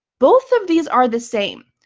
both of these are the same.